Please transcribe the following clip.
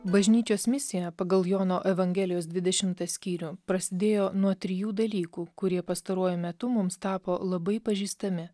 bažnyčios misija pagal jono evangelijos dvidešimtą skyrių prasidėjo nuo trijų dalykų kurie pastaruoju metu mums tapo labai pažįstami